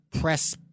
press